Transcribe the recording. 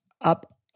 up